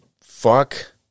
fuck